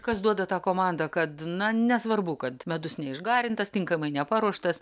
kas duoda tą komandą kad na nesvarbu kad medus neišgarintas tinkamai neparuoštas